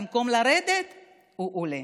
במקום לרדת הוא עולה.